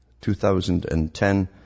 2010